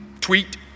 tweet